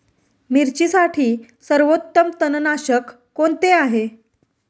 मिरचीसाठी सर्वोत्तम तणनाशक कोणते आहे?